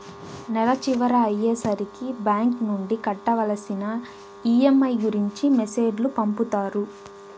నెల చివర అయ్యే సరికి బ్యాంక్ నుండి కట్టవలసిన ఈ.ఎం.ఐ గురించి మెసేజ్ లు పంపుతారు